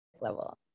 level